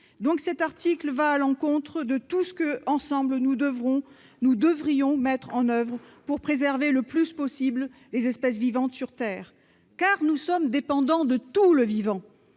présent article va à l'encontre de tout ce que, ensemble, nous devrions mettre en oeuvre pour préserver le plus possible les espèces vivantes sur Terre. En effet, nous sommes dépendants de tout le vivant.